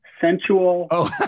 sensual